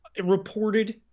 reported